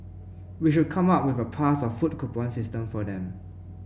we should come up with a pass or food coupon system for them